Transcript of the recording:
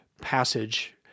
passage